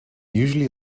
usually